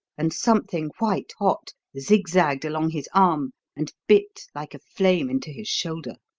and something white-hot zigzagged along his arm and bit like a flame into his shoulder.